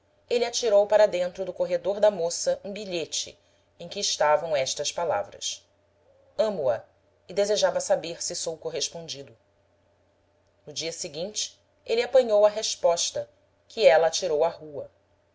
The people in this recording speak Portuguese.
ele atirou para dentro do corredor da moça um bilhete em que estavam estas palavras amo-a e desejava saber se sou correspondido no dia seguinte ele apanhou a resposta que ela atirou à rua